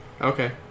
Okay